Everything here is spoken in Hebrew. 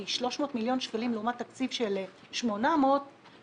כי 300 מיליון שקלים לעומת תקציב של 800 מיליון